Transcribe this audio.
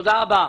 תודה רבה.